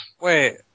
Wait